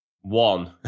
One